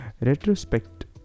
retrospect